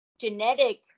genetic